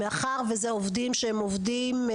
מאחר ומדובר בעובדים ארעיים.